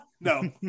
No